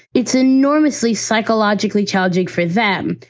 it's enormously psychologically challenging for them.